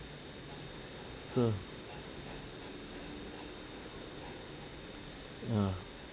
so ah